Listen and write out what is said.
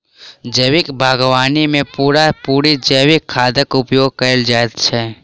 जैविक बागवानी मे पूरा पूरी जैविक खादक उपयोग कएल जाइत छै